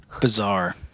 Bizarre